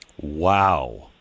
Wow